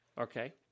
Okay